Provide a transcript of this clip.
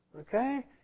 Okay